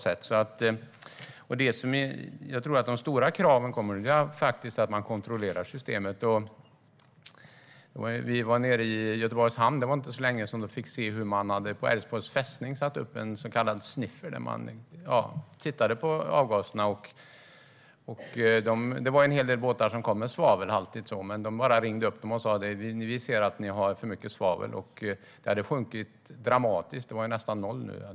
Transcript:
Det som jag tror att de stora kraven kommer att gälla är kontroll av systemet. Vi var nere i Göteborgs hamn för inte så länge sedan och fick se hur man på Älvsborgs fästning hade satt upp en så kallad "sniffer" för att titta på avgaserna. Det hade varit en hel del båtar som kommit med svavelhaltig olja. Men man hade bara ringt upp dem och sagt: Vi ser att ni har för mycket svavel. Sedan hade det sjunkit dramatiskt. Det var nästan noll.